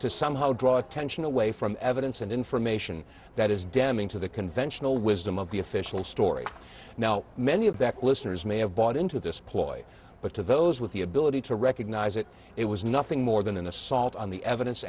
to somehow draw attention away from evidence and information that is damning to the conventional wisdom of the official story now many of the listeners may have bought into this ploy but to those with the ability to recognize it it was nothing more than an assault on the evidence